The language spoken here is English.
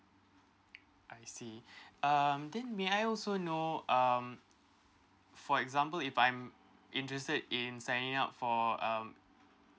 I see um then may I also know um for example if I'm interested in signing up for um